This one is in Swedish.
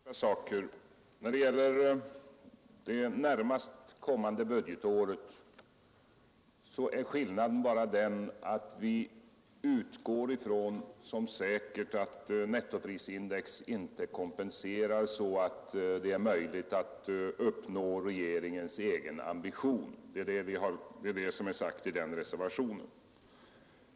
Fru talman! Bara ett par saker. När det gäller det närmast kommande budgetåret är skillnaden bara att vi utgår från som säkert att nettoprisindex inte kompenserar så att det är möjligt att uppnå regeringens egen ambition. Det är vad som är sagt i den reservationen.